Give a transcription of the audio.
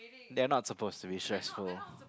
they are not supposed to be stressful